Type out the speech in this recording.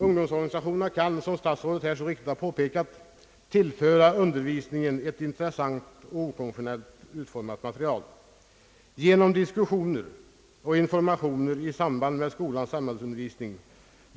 Ungdomsorganisationerna kan, som statsrådet så riktigt har påpekat, tillföra undervisningen ett intressant och okonventionellt utformat material, genom diskussioner och informationer i samband med skolans samhällsundervisning.